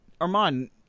Armand